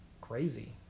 crazy